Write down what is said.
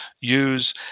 use